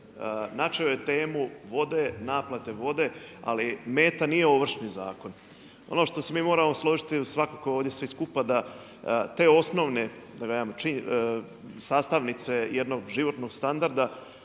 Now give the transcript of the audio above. Načeo je temu vode, naplate vode ali meta nije Ovršni zakon. Ono što se mi moramo složiti svakako ovdje svi skupa da te osnovne sastavnice jednog životnog standarda